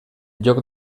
lloc